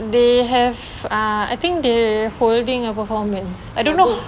they have ah I think they holding a performance I don't know